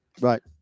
Right